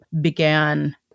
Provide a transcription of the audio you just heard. began